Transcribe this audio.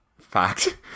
fact